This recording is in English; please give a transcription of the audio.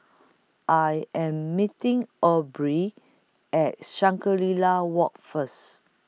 I Am meeting Aubrey At Shangri La Walk First